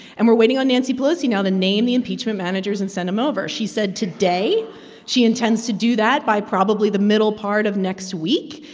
and we're waiting on nancy pelosi now to name the impeachment managers and send them over. she said today she intends to do that by, probably, the middle part of next week.